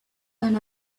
than